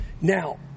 Now